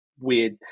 weird